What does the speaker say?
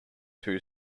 two